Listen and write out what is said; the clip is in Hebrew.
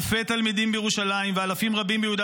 אלפי תלמידים בירושלים ואלפים רבים ביהודה